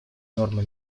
нормы